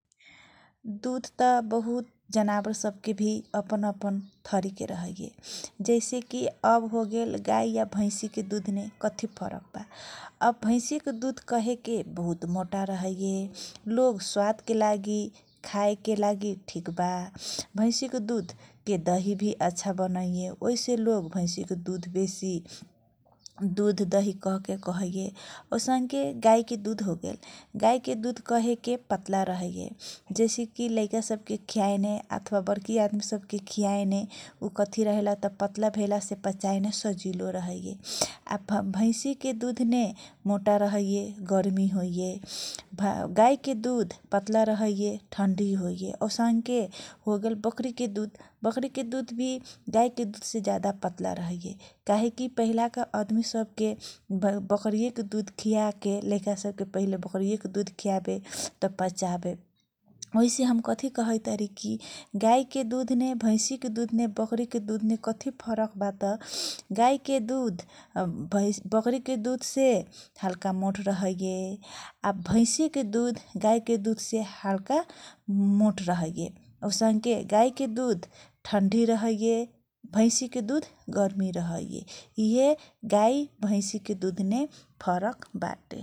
दुध त बहुत जनावर सबके भि अपन अपन थरिके रहेये जैसे कि अब होगेल । गाइ आ भाइसीके दूधने कथि फरक बा आब भाइसीके दुध कहेके बहुत मोटा रहैये । लोग स्वादके लागि खाएके लागि ठिक बा भइसीके दुधके दही भि अच्छा बनैये । ओहिसे लोग भइसीके दुध बेसी दुध दही कहके कहैये औसनके गाइके दुध होगेल गाइके दुध पतला रहेये । जैसेकी लैका सबके खियाएने अथवा बरकी आदमीसबके खियाएने उ कथि रहेलात पतला भेलासे पचायला सजिलो रहेये आ भैसिके दुधने मोटा रहैये गर्मी होइये । भ गाइके दूध पतला रहैये थन्डी होइये औसन्के होगेल बकरीके दुध बकरीके दुध भी गाइके दुधसे जादा पतला रहैये । काहेकी पहिलाके अदमी सबके बकरीयेके दुध खियाके लैका सबके पहिले बकरियेके दुध खियाबे त पचाबे ओहिसे हम कथी कहैतारी कि गाईके दुधने भैसीके दुधने बकरीके दुधने कथि फरक बात गाईके दुध भैस बकरीके दुधसे हल्का मोट रहैये । आ भैसीके दुध गाईके दुधसे हल्का मोट रहैय औसङके गाइके दुध थन्डी रहैये भौसी के दुध गर्मि रहैये इहे गाई भैसी के दुधमे फरक ।